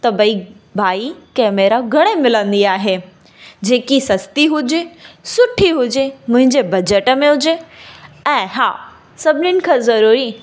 त भई भाई केमेरा घणे मिलंदी आहे जे कि सस्ती हुजे सुठी हुजे मुंहिंजे बजेट में हुजे ऐं हा सभिनिनि खां ज़रूरी